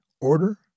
order